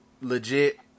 legit